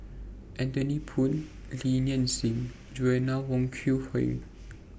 Anthony Poon Li Nanxing and Joanna Wong Quee Heng